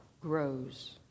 grows